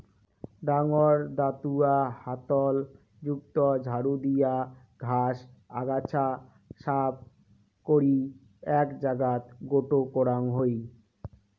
ডাঙর দাতুয়া হাতল যুক্ত ঝাড়ু দিয়া ঘাস, আগাছা সাফ করি এ্যাক জাগাত গোটো করাং হই